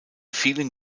vielen